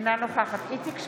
אינה נוכחת איציק שמולי,